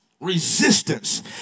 Resistance